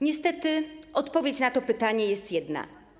Niestety odpowiedź na to pytanie jest jedna.